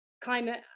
Climate